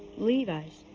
levi's.